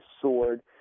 sword